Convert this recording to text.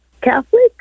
Catholic